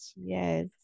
yes